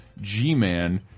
G-Man